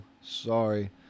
Sorry